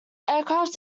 aircraft